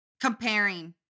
comparing